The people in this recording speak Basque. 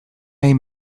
egin